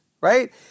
right